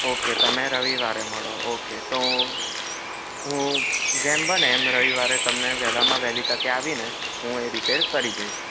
okay તમે રવિવારે મળો ઓકે તો હુ જેમ બને એમ રવિવારે તમને વહેલાંમાં વહેલી તકે આવીને હું એ રીપેર કરી જઈશ